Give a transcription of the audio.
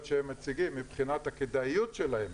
שהם מציגים מבחינת הכדאיות שלהם